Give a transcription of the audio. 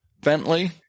Bentley